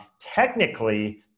Technically